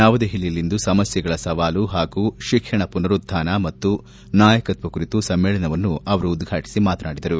ನವದೆಹಲಿಯಲ್ಲಿಂದು ಸಮಸ್ಥೆಗಳ ಸವಾಲು ಹಾಗೂ ಶಿಕ್ಷಣ ಪುನರುತ್ವಾನ ಮತ್ತು ನಾಯಕತ್ವ ಕುರಿತ ಸಮ್ಮೇಳನವನ್ನು ಅವರು ಉದ್ವಾಟಿಸಿ ಮಾತನಾಡಿದರು